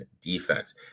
defense